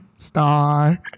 star